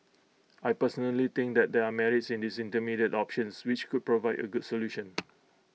I personally think that there are merits in these intermediate options which could provide A good solution